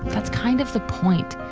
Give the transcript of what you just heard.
that's kind of the point.